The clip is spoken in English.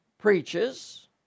preaches